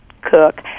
cook